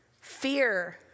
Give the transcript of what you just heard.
fear